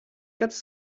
quatre